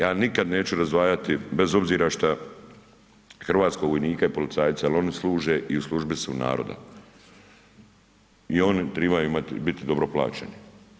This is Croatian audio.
Ja nikad neću razdvajati, bez obzira što hrvatskog vojnika ili policajca, jer oni služe i u službi su naroda i oni trebaju imati i biti dobro plaćeni.